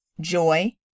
Joy